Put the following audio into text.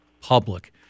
public